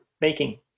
baking